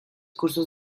cursos